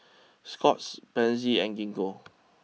Scott's Pansy and Gingko